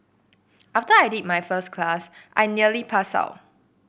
after I did my first class I nearly passed out